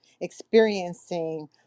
experiencing